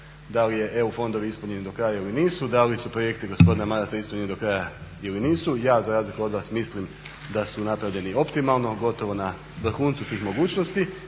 da li su EU fondovi ispunjeni do kraja ili nisu, da li su projekti gospodina Marasa ispunjeni do kraja ili nisu. Ja, za razliku od vas, mislim da su napravljeni optimalno, gotovo na vrhuncu tih mogućnosti